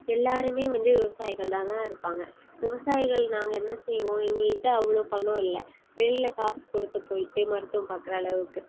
எல்லாருமே வந்து விவசாயிகள்தானா இருப்பாங்க விவசாயிகள் நாங்கள் என்ன செய்வோம் எங்கள்கிட்ட அவ்வளோ பணம் இல்லை வெளியில் காசு கொடுத்து போய்ட்டு மருத்துவம் பார்க்குற அளவுக்கு